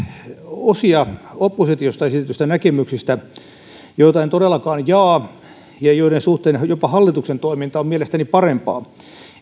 osaa oppositiosta esitetyistä näkemyksistä joita en todellakaan jaa ja joiden suhteen jopa hallituksen toiminta on mielestäni parempaa